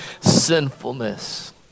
sinfulness